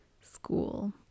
school